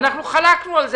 ואנחנו חלקנו על זה.